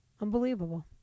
Unbelievable